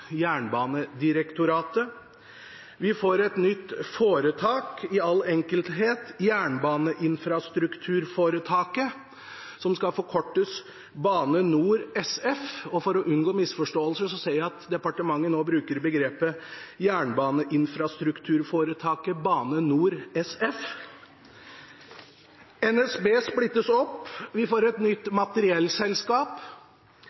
Jernbanedirektoratet. Vi får et nytt foretak – i all enkelhet Jernbaneinfrastrukturforetaket, som skal forkortes Bane NOR SF, og for å unngå misforståelser ser jeg at departementet nå bruker begrepet «Jernbaneinfrastrukturforetaket Bane NOR SF». NSB splittes opp, vi får et nytt